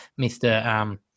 Mr